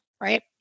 right